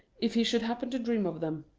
if he should happen to dream of them.